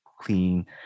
clean